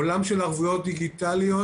עולם של ערבויות דיגיטליות